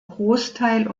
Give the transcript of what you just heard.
großteil